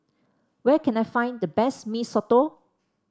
where can I find the best Mee Soto